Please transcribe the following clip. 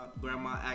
Grandma